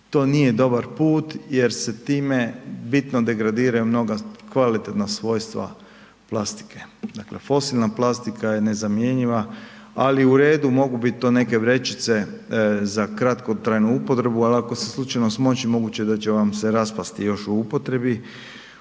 to nije dobar put jer se time bitno degradiraju mnoga kvalitetna svojstva plastike. Dakle fosilna plastika je nezamjenjiva, ali uredu mogu biti to neke vrećice za kratkotrajnu upotrebu, ali ako se slučajno smoći moguće da će vam se raspasti još u upotrebi.